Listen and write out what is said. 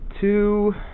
two